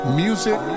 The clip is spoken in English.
music